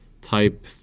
type